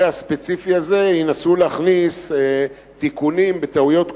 הספציפי הזה ינסו להכניס תיקונים בטעויות קולמוס,